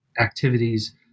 activities